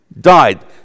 died